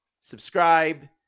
Subscribe